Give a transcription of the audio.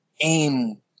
AIM